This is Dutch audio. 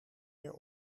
meer